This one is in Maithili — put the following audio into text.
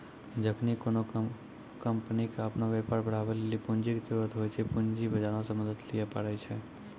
जखनि कोनो कंपनी के अपनो व्यापार बढ़ाबै लेली पूंजी के जरुरत होय छै, पूंजी बजारो से मदत लिये पाड़ै छै